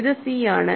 ഇത് സി ആണ്